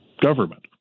government